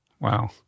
Wow